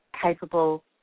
capable